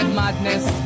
madness